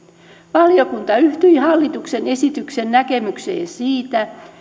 valiokunta yhtyi hallituksen esityksen näkemykseen siitä